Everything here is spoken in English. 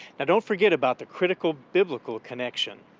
don't forget about the critical biblical connection.